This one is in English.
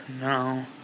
No